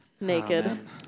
Naked